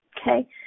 Okay